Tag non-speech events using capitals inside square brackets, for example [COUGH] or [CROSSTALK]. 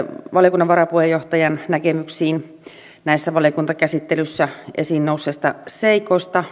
valiokunnan varapuheenjohtajan näkemyksiin näissä valiokuntakäsittelyissä esiin nousseista seikoista [UNINTELLIGIBLE]